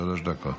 שלוש דקות.